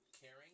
caring